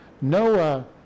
Noah